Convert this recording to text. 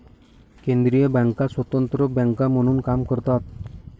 केंद्रीय बँका स्वतंत्र बँका म्हणून काम करतात